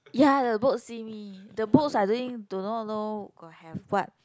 ya the books see me the books are doing do not know got have what